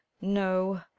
No